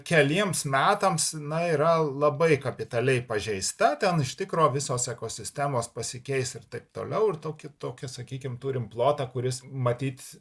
keliems metams na yra labai kapitaliai pažeista ten iš tikro visos ekosistemos pasikeis ir taip toliau ir tokiu tokį sakykim turim plotą kuris matyt